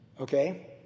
Okay